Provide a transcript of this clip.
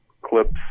clips